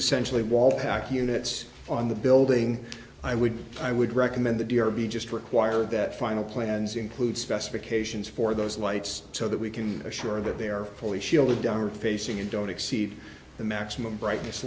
essentially wall pack units on the building i would i would recommend the d r be just require that final plans include specifications for those lights so that we can assure that they are fully shielded downward facing and don't exceed the maximum brightness